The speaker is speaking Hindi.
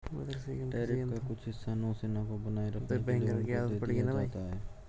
टैरिफ का कुछ हिस्सा नौसेना को बनाए रखने के लिए उनको दे दिया जाता है